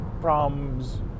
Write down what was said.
problems